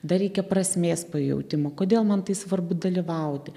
dar reikia prasmės pajautimo kodėl man tai svarbu dalyvauti